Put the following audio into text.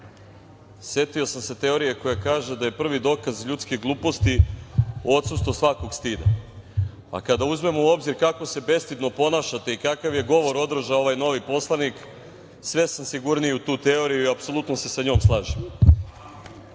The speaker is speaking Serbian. setio sam se teorije koja kaže da je prvi dokaz ljudske gluposti odsustvo svakog stida. Kad uzmemo u obzir kako se bestidno ponašate i kakav je govor održao ovaj novi poslanik, sve sam sigurniji u tu teoriju i apsolutno se sa njom slažem. Što